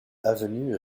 avenue